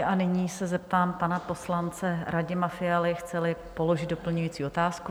A nyní se zeptám poslance Radima Fialy, chceli položit doplňující otázku?